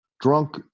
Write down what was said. drunk